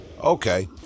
Okay